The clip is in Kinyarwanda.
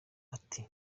ati